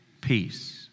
Peace